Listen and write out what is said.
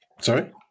Sorry